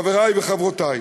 חברי וחברותי,